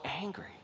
angry